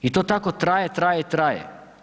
I to tako traje, traje i traje.